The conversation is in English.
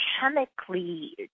chemically